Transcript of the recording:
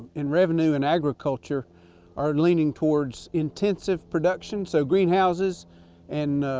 in revenue and agriculture are leaning towards intensive production, so greenhouses and, ah,